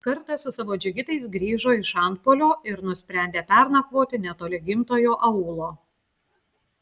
kartą su savo džigitais grįžo iš antpuolio ir nusprendė pernakvoti netoli gimtojo aūlo